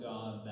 God